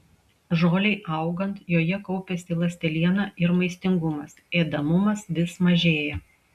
žolei augant joje kaupiasi ląsteliena ir maistingumas ėdamumas vis mažėja